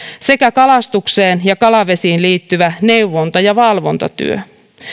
sekä kalastukseen ja kalavesiin liittyvä neuvonta ja valvontatyö